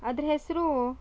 ಅದ್ರ ಹೆಸರು